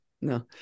No